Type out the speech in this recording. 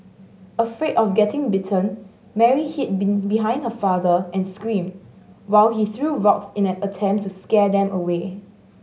afraid of getting bitten Mary hid behind her father and screamed while he threw rocks in an attempt to scare them away